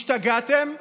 השתגעתם?